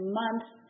months